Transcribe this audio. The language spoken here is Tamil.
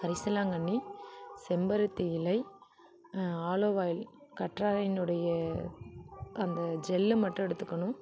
கரிசலாங்கண்ணி செம்பருத்தி இலை ஆலோவ் ஆயில் கற்றாழையினுடைய அந்த ஜெல்லை மட்டும் எடுத்துக்கணும்